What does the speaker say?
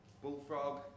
Bullfrog